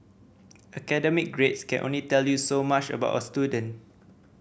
academic grades can only tell you so much about a student